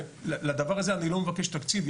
לדבר הזה אני לא מבקש תקציב,